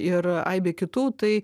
ir aibę kitų tai